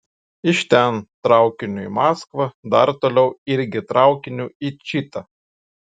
iš ten traukiniu į maskvą dar toliau irgi traukiniu į čitą